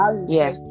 Yes